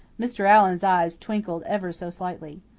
mr. allan's eyes twinkled ever so slightly.